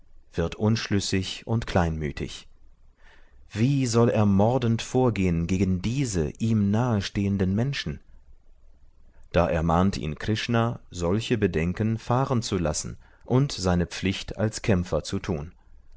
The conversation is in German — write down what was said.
wird unschlüssig und kleinmütig wie soll er mordend vorgehen gegen diese ihm nahestehenden menschen da ermahnt ihn krishna solche bedenken fahren zu lassen und seine pflicht als kämpfer zu tun